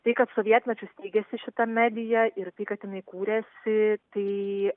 tai kad sovietmečiu steigėsi šita medija ir tai kad jinai kūrėsi tai